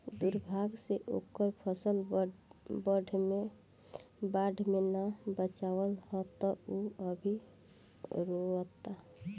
दुर्भाग्य से ओकर फसल बाढ़ में ना बाचल ह त उ अभी रोओता